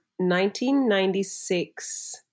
1996